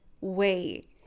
wait